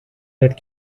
that